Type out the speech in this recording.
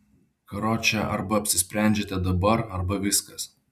karoče arba apsisprendžiate dabar arba viskas